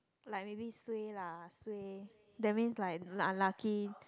like maybe suay lah suay that means like unlucky